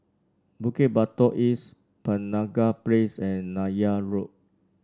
Bukit Batok East Penaga Place and Neythal Road